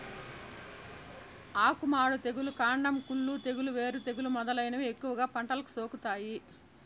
ఆకు మాడు తెగులు, కాండం కుళ్ళు తెగులు, వేరు తెగులు మొదలైనవి ఎక్కువగా పంటలకు సోకుతాయి